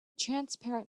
transparent